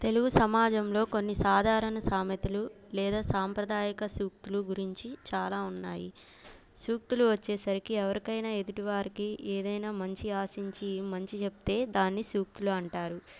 తెలుగు సమాజంలో కొన్ని సాధారణ సామెతలు లేదా సాంప్రదాయక సూక్తులు గురించి చాలా ఉన్నాయి సూక్తులు వచ్చేసరికి ఎవరికైనా ఎదుటివారికి ఏదైనా మంచి ఆశించి మంచి చెప్తే దాన్ని సూక్తులు అంటారు